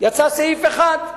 יצא סעיף אחד,